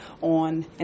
on